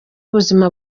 ubuzima